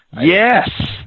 yes